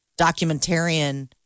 documentarian